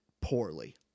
poorly